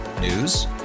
News